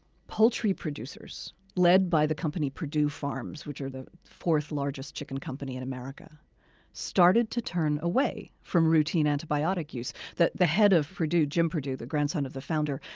poultry producers led by the company purdue farms, which are the fourth largest chicken company in america started to turn away from routine antibiotic use. the the head of purdue, jim purdue, the grandson of the founder,